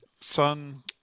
son